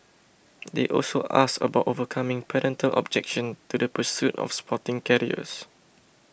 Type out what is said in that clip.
they also asked about overcoming parental objection to the pursuit of sporting careers